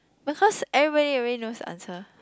because everybody already knows the answer